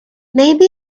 maybe